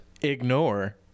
ignore